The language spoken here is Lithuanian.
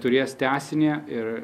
turės tęsinį ir